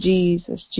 Jesus